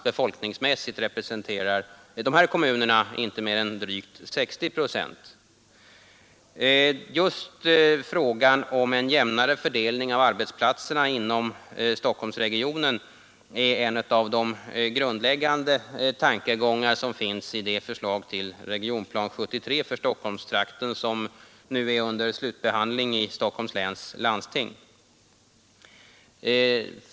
Befolkningsmässigt representerar de här kommunerna inte mer än drygt 60 procent. Just frågan om en jämnare fördelning av arbetsplatserna inom Stockholmsregionen är en av de grundläggande tankegångarna i det förslag till Regionplan 73 för Stockholmstrakten som nu är under slutbehandling i Stockholms landsting.